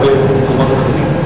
או במקומות אחרים.